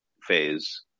phase